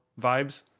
vibes